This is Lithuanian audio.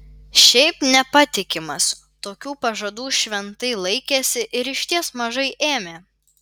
šiaip nepatikimas tokių pažadų šventai laikėsi ir išties mažai ėmė